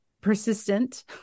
persistent